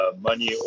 money